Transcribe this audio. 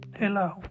Hello